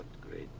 great